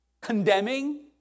Condemning